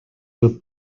del